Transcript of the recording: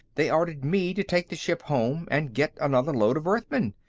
they ordered me to take the ship home and get another load of earthmen.